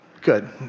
good